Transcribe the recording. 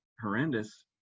horrendous